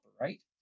right